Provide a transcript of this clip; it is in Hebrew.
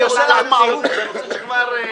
אני עושה לך מערוף כי אני רוצה שכבר אז,